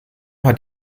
hat